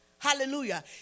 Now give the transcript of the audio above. Hallelujah